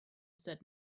said